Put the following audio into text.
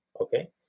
okay